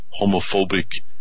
homophobic